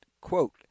quote